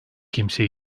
kimse